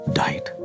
died